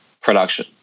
production